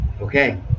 Okay